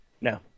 No